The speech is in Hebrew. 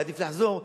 יעדיף לחזור,